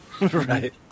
Right